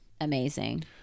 amazing